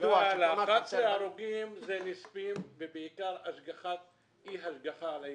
11 הרוגים, אלה נספים ובעיקר אי השגחה על הילדים.